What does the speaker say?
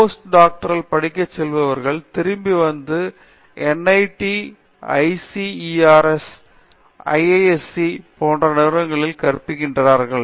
post doctoral படிக்கச் சென்றவர்கள் திருப்பி வந்து N I T I C E R S I I S C போன்ற நிறுவனங்களில் கற்பிக்கிறார்கள்